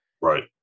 right